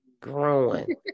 growing